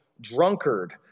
drunkard